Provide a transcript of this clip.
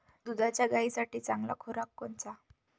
दुधाच्या गायीसाठी चांगला खुराक कोनचा?